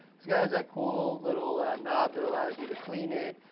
this guy has that cool little knob that allows you to clean it,